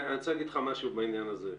אני רוצה להגיד לך משהו בעניין הזה,